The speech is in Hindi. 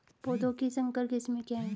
पौधों की संकर किस्में क्या हैं?